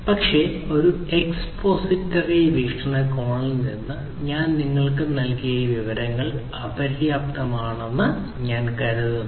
പക്ഷേ ഒരു എക്സ്പോസിറ്ററി വീക്ഷണകോണിൽ നിന്ന് ഞാൻ നിങ്ങൾക്ക് നൽകിയ ഈ വിവരങ്ങൾ പര്യാപ്തമാണെന്ന് ഞാൻ കരുതുന്നു